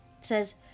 says